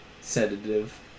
Sedative